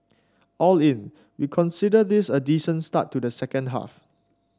all in we consider this a decent start to the second half